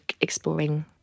exploring